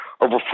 over